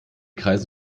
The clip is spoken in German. kreisen